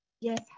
Yes